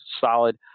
solid